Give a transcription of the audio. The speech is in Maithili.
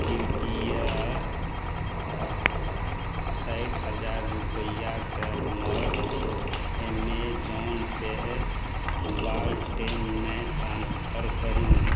कृपया साठि हजार रूपैआके हमर ऐमेजौन पे वालेटमे ट्रांसफर करू